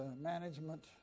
management